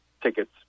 tickets